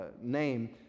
name